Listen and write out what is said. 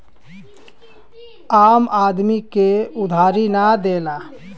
आम आदमी के उधारी ना देला